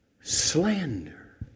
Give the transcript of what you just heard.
slander